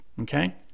okay